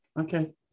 Okay